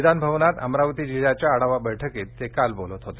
विधानभवनात अमरावती जिल्ह्याच्या आढावा बैठकीत ते काल बोलत होते